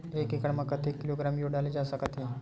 एक एकड़ म कतेक किलोग्राम यूरिया डाले जा सकत हे?